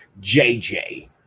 JJ